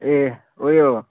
ए उयो